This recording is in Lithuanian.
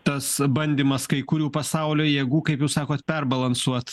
tas bandymas kai kurių pasaulio jėgų kaip jūs sakot perbalansuot